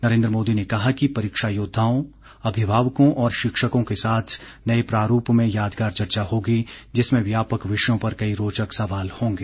नरेन्द्र मोदी ने कहा कि परीक्षा योद्वाओं अभिभावकों और शिक्षकों के साथ नए प्रारूप में यादगार चर्चा होगी जिसमें व्यापक विषयों पर कई रोचक सवाल होंगे